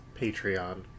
Patreon